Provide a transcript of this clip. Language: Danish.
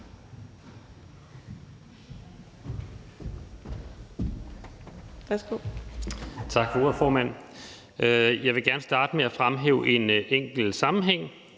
Tak for ordet, formand. Jeg vil gerne starte med at fremhæve en enkelt sammenhæng.